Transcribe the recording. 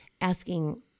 asking